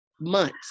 months